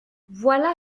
voilà